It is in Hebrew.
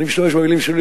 לעניין התמלוגים,